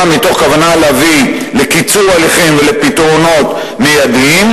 מתוך כוונה להביא לקיצור הליכים ולפתרונות מיידיים,